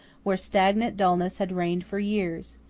where stagnant dullness had reigned for years!